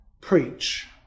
preach